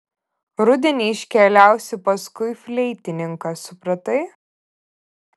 rudenį iškeliausi paskui fleitininką supratai